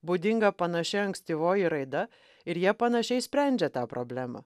būdinga panaši ankstyvoji raida ir jie panašiai sprendžia tą problemą